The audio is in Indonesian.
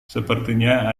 sepertinya